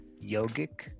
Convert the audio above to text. yogic